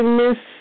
miss